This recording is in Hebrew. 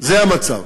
זה המצב,